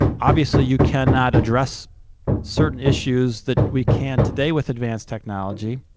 obviously you cannot address certain issues that we can today with advanced technology.